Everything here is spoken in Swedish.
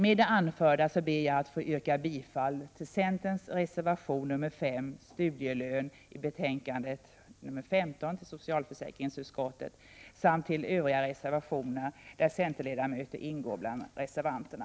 Med det anförda ber jag att få yrka bifall till centerns reservation 5 Studielön i socialförsäkringsutskottets betänkande 15 samt till övriga reservationer där centerledamöter ingår bland reservanterna.